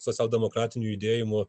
socialdemokratinių judėjimų